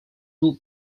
two